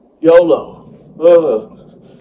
YOLO